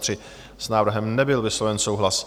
S návrhem nebyl vysloven souhlas.